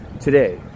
today